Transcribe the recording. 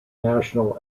national